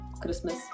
Christmas